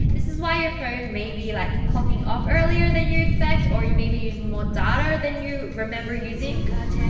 this is why your phone may be like is clocking off earlier than you expect, or you may be using more data than you remember using!